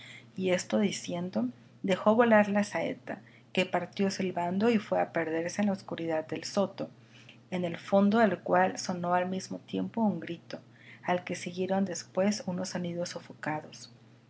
y esto diciendo dejó volar la saeta que partió silbando y fue a perderse en la oscuridad del soto en el fondo del cual sonó al mismo tiempo un grito al que siguieron después unos sonidos sofocados